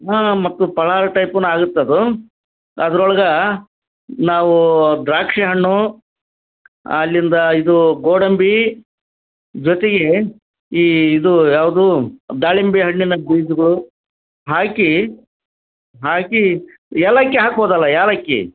ಹಾಂ ಮತ್ತು ಫಳಾರ ಟೈಪುನೆ ಆಗತ್ತೆ ಅದು ಅದ್ರೊಳ್ಗೆ ನಾವು ದ್ರಾಕ್ಷಿ ಹಣ್ಣು ಅಲ್ಲಿಂದ ಇದು ಗೋಡಂಬಿ ಜೊತೆಗೆ ಈ ಇದು ಯಾವುದು ದಾಳಿಂಬೆ ಹಣ್ಣಿನ ಬೀಜಗಳು ಹಾಕಿ ಹಾಕಿ ಏಲಕ್ಕಿ ಹಾಕ್ಬೋದಲ್ಲ ಏಲಕ್ಕಿ